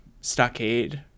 stockade